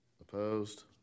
Opposed